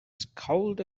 scowled